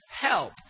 help